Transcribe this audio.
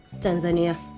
tanzania